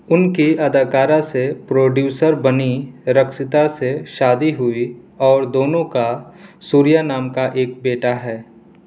ان کی اداکارہ سے پروڈیوسر بنیں رکشیتا سے شادی ہوئی اور دونوں کا سوریا نام کا ایک بیٹا ہے